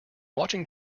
watching